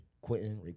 Quentin